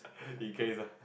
in case ah